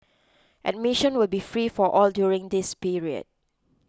admission will be free for all during this period